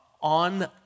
on